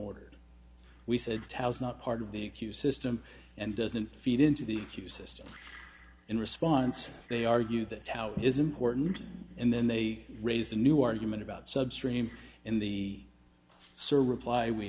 ordered we said tao is not part of the q system and doesn't feed into the q system in response they argue that house is important and then they raise a new argument about substring in the so reply we